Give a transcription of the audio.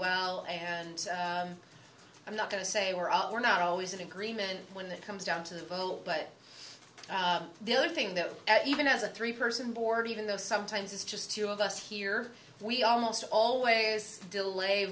well and i'm not going to say we're all we're not always in agreement when it comes down to the goal but the other thing that even as a three person board even though sometimes it's just two of us here we almost always delay